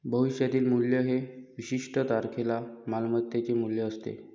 भविष्यातील मूल्य हे विशिष्ट तारखेला मालमत्तेचे मूल्य असते